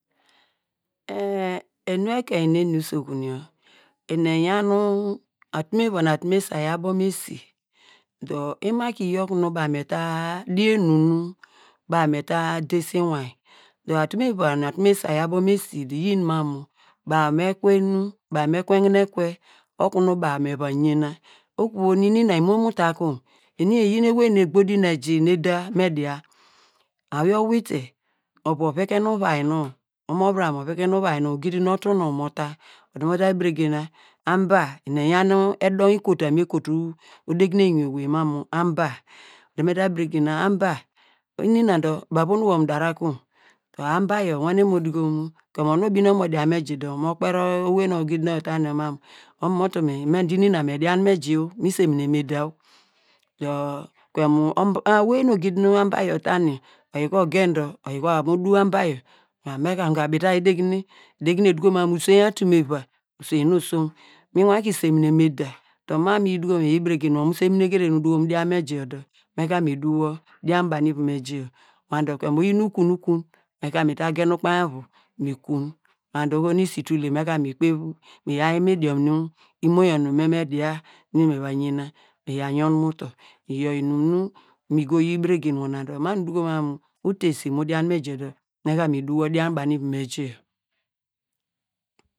enu ekein nu eni usokun yor eni eyan atum iva, nu atum isay abo mu esi dor emaki yi okunu baw ta di enu nu baw me ta dese inwin dor atum iva nu atum isay abo mu esi dor iyin mam mu baw me kue enu, baw me kwegine ekwe okunu baw me va yen na, eni yor eyi nu ewey nu egborin egi nu eda me dia, awiye owite ovu uvai num, omovoram oven uvai num ogidin nu otu nonw mo ta odo mo ta beregena amba eni eyan edonwu ikobua nu nte putu odegrie mu inwin owey mam mu amba ede ma la ba gena amba inina der bavo nu mu dara kem, der aniba yor owa nem mo duko mu kimu onu obinen okunu mo dian mu eji der mer kperi owey nu ogidin oyi ota yor mam mu omo otu ini na me dian mu eyi- o, mi simini mu eda o der pemu owey nu ogidin nu amba yer ota yor oyi ka ogen dor, mo duw amba yor, me ka nga bita wa edegne, edegne eduko mam mu ede gine, uswein atum eva uswerin nu osom, nu wanki semine mu eda dor mam mu mi duko mam mi yi beregena wor mu senune keder nu uduko mam mu, mu dian mu eji yor dor me ka mi duw wor me dian banu ivom eji yor ma dor oyin ikun ikun me ka mi ta gen ukpainy otu mi kun ma dor oho nu isi tul te me ka mi kpav, mi yaw ini idooni nu imo yor nu me media me va yena mi ya yon mu utor iyor inum nu mi gogi beregena wor na dor, ma nu uduko mam mu uta esi mu dian mu eji yor dor mi duw wor dian banu ivom eji yor